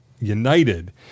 United